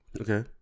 Okay